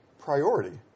priority